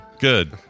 good